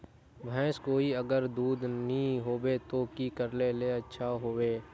भैंस कोई अगर दूध नि होबे तो की करले ले अच्छा होवे?